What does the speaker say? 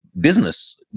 business